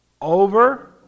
over